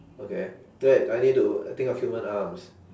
okay wait I need to think of human arms